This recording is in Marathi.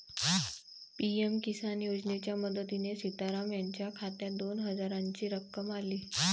पी.एम किसान योजनेच्या मदतीने सीताराम यांच्या खात्यात दोन हजारांची रक्कम आली